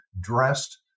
dressed